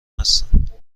هستند